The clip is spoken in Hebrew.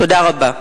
תודה רבה.